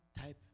type